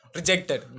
Rejected